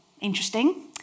interesting